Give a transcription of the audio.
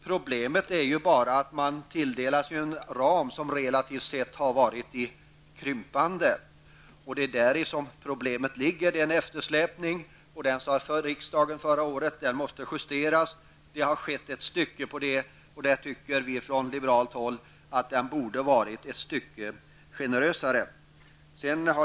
Problemet är bara att man tilldelas en ram som relativt sett har krympt. Det har blivit en eftersläpning. Riksdagen sade förra året att den måste justeras. Det har skett en del, men vi från liberalt håll tycker att man borde ha varit generösare.